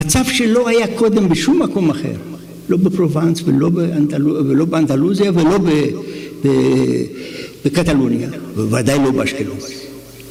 ‫הצב שלו היה קודם בשום מקום אחר, ‫לא בפרובנץ ולא באנדלוזיה ‫ולא בקטלוניה, ובוודאי לא באשקלון.